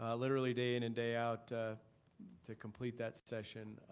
um literally day in and day out to complete that session.